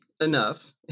enough